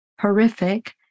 horrific